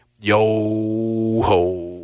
Yo-ho